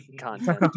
content